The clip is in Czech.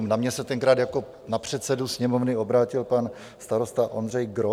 Na mě se tenkrát jako na předsedu Sněmovny obrátil pan starosta Ondřej Gros.